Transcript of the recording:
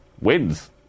wins